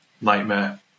nightmare